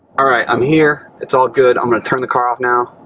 i'm here, it's all good. i'm gonna turn the car off now.